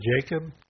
Jacob